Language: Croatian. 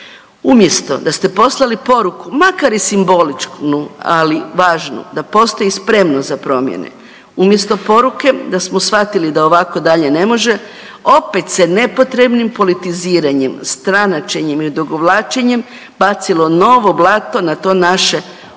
Umjesto da ste poslali poruku, makar i simboličnu, ali važnu, da postoji spremnost za promjene, umjesto poruke, da smo shvatili da ovako dalje ne može, opet se nepotrebnim politiziranjem, stranačenjem i odugovlačenjem bacilo novo blato na to naše oštećeno